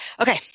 okay